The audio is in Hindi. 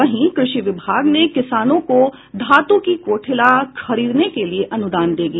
वहीं कृषि विभाग ने किसानों को धातु की कोठिला खरीदने के लिये अनुदान देगी